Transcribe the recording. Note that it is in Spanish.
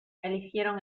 eligieron